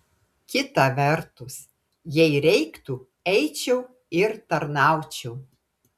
kita vertus jei reiktų eičiau ir tarnaučiau